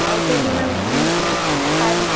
ଆଉ ସେଇଠି ମ୍ୟାମ୍ ଖାଇ